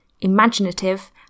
imaginative